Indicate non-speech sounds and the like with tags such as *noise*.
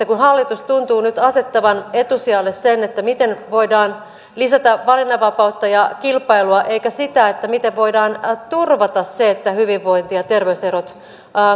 *unintelligible* kun hallitus tuntuu nyt asettavan etusijalle sen miten voidaan lisätä valinnanvapautta ja kilpailua eikä sitä miten voidaan turvata se että hyvinvointi ja ja terveyserot